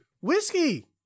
whiskey